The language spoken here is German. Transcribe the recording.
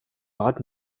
bad